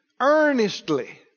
earnestly